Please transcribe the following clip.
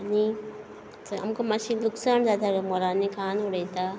आनी आमक मातशें लुकसाण जाता मोरांनी खावन उडयता